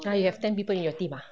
ah you have ten people in your team ah